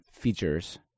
features